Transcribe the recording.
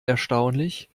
erstaunlich